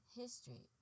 history